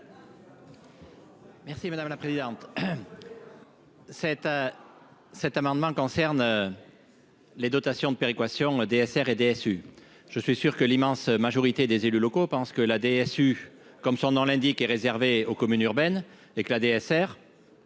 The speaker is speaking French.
Merci madame la présidente.